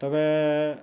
ᱛᱚᱵᱮ